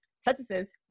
sentences